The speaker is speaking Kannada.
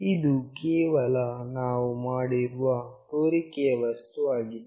ಇದು ಕೇವಲ ನಾವು ಮಾಡಿರುವ ತೋರಿಕೆಯ ವಸ್ತು ಆಗಿದೆ